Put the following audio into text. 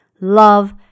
love